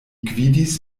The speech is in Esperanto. gvidis